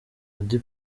oda